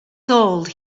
told